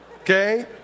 Okay